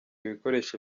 ibikoresho